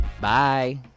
Bye